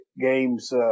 games